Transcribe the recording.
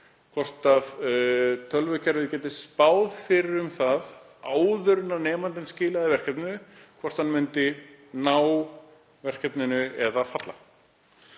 hvort tölvukerfið gæti spáð fyrir um það áður en nemandinn skilaði verkefninu hvort hann myndi standast eða falla.